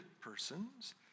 persons